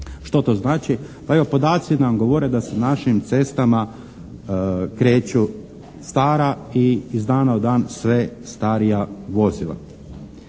Što to znači? Pa evo, podaci nam govore da se našim cestama kreću stara i iz dana u dan sve starija vozila.